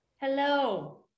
Hello